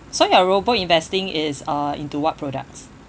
so your robo investing is uh into what products